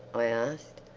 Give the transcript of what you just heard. i asked.